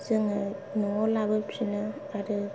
जोङो न'आव लाबोफिनो आरो